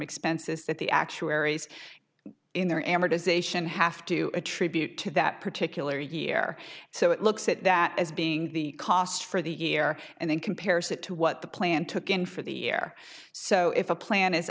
expenses that the actuaries in their amortization have to attribute to that particular year so it looks at that as being the cost for the year and in comparison to what the plan took in for the year so if a plan is